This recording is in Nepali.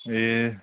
ए